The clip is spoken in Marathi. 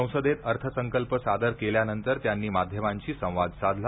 संसदेत अर्थसंकल्प सादर केल्यानंतर त्यांनी माध्यमांशी संवाद साधला